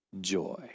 joy